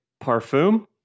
parfum